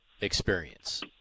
experience